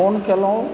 phone केलहुँ